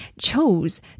chose